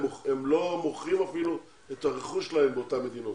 הם לא מוכרים אפילו את הרכוש שלהם באותן מדינות.